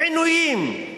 לעינויים,